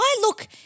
look